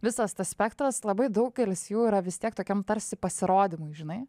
visas tas spektras labai daugelis jų yra vis tiek tokiam tarsi pasirodymui žinai